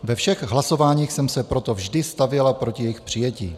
Ve všech hlasováních jsem se proto vždy stavěla proti jejich přijetí.